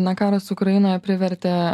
na karas ukrainoje privertė